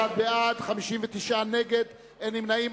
41 בעד, 62 נגד, אין נמנעים.